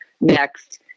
Next